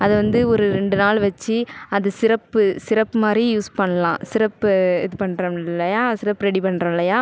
அதை வந்து ஒரு ரெண்டு நாள் வச்சு அந்த சிரப்பு சிரப்பு மாதிரி யூஸ் பண்ணலாம் சிரப்பு இது பண்ணுறோம் இல்லையா சிரப்பு ரெடி பண்ணுறோம் இல்லையா